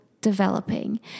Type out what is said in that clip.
developing